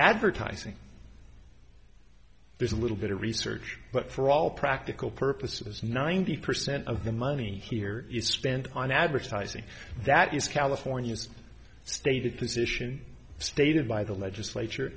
advertising there's a little bit of research but for all practical purposes ninety percent of the money here is spent on advertising that is california's stated position stated by the legislature